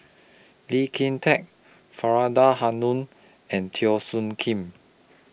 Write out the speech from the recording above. Lee Kin Tat Faridah Hanum and Teo Soon Kim